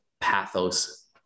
pathos